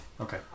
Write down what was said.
Okay